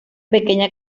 pequeña